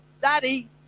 Daddy